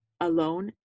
Alone